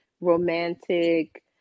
romantic